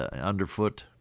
underfoot